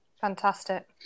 fantastic